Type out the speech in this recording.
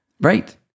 Right